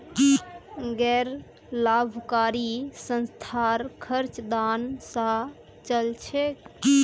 गैर लाभकारी संस्थार खर्च दान स चल छेक